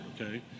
okay